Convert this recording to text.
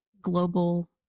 global